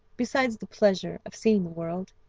besides the pleasure of seeing the world,